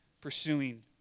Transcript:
pursuing